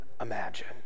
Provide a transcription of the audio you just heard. imagine